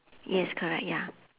yes correct ya